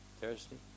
Thursday